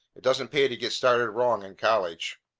it doesn't pay to get started wrong in college.